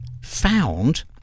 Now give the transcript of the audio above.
found